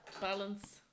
balance